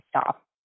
stop